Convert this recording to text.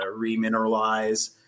remineralize